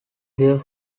there